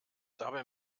dabei